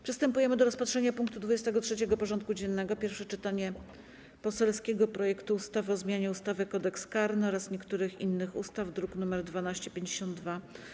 Przystępujemy do rozpatrzenia punktu 23. porządku dziennego: Pierwsze czytanie poselskiego projektu ustawy o zmianie ustawy - Kodeks karny oraz niektórych innych ustaw (druk nr 1252)